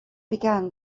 began